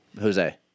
Jose